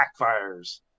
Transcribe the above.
backfires